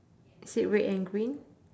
is it red and green